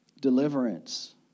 Deliverance